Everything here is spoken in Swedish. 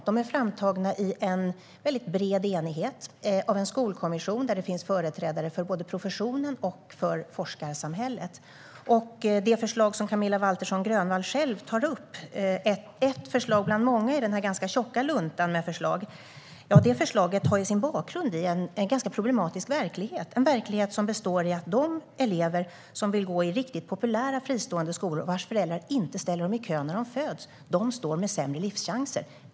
De är framtagna i en bred enighet av en skolkommission där det finns företrädare för både professionen och forskarsamhället. Det förslag som Camilla Waltersson Grönvall tar upp är ett förslag bland många i den ganska tjocka luntan med förslag. Detta förslag har sin bakgrund i en ganska problematisk verklighet som består i att de elever som vill gå i riktigt populära fristående skolor men vars föräldrar inte ställde dem i kö när de föddes har sämre livschanser.